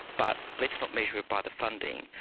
but let's not measure it by the funding,